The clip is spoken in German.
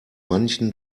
manchen